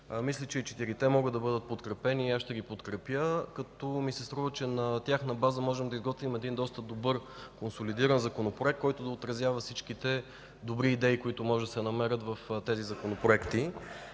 Мисля, че и четирите могат да бъдат подкрепени и аз ще ги подкрепя. Струва ми се, че на тяхна база можем за изготвим един доста добър консолидиран законопроект, който да отразява всички добри идеи, които могат да се намерят в тези законопроекти.